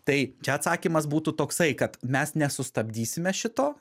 tai čia atsakymas būtų toksai kad mes nesustabdysime šito